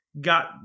got